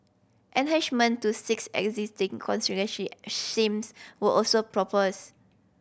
enhancement to six existing shames were also proposed